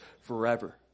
forever